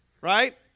Right